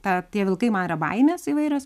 tą tie vilkai man yra baimės įvairios